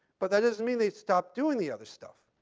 but that doesn't mean they stop doing the other stuff.